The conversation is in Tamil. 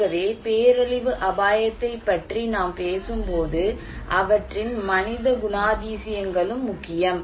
ஆகவே பேரழிவு அபாயத்தைப் பற்றி நாம் பேசும்போது அவற்றின் மனித குணாதிசயங்களும் முக்கியம்